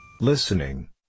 Listening